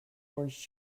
orange